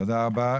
תודה רבה.